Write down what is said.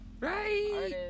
right